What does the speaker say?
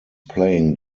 playing